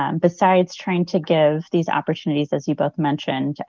um besides trying to give these opportunities, as you both mentioned,